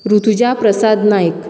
Rutuja Prasad Naik